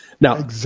Now